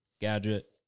Gadget